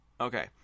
Okay